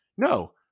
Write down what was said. No